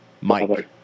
Mike